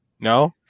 No